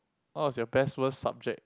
what was your best worst subject